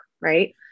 right